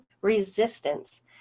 Resistance